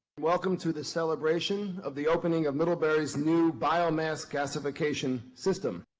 welcome to the celebration of the opening of middlebury's new biomass gasification system.